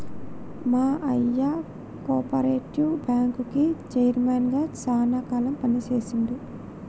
మా అయ్య కోపరేటివ్ బ్యాంకుకి చైర్మన్ గా శానా కాలం పని చేశిండు